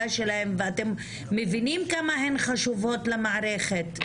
שלהן ואתם מבינים כמה הן חשובות למערכת,